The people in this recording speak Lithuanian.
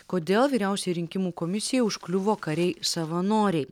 kodėl vyriausiajai rinkimų komisijai užkliuvo kariai savanoriai